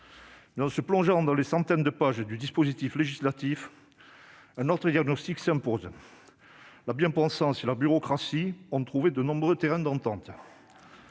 ». En se plongeant dans les centaines de pages du dispositif législatif, un autre diagnostic s'impose : la bien-pensance et la bureaucratie ont trouvé de nombreux terrains d'entente.